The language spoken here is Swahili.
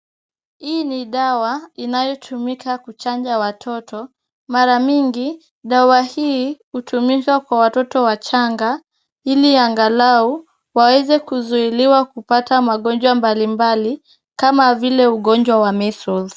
Hii ni dawa inayotumika kuchanja watoto. Mara mingi dawa hii hutumika kwa watoto wachanga ili angalau waweze kuzuiliwa kupata magonjwa mbalimbali kama vile ugonjwa wa measles .